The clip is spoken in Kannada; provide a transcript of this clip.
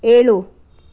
ಏಳು